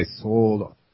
sold